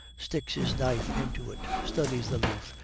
sticks his knife into it, studies the leaf,